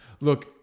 Look